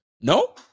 No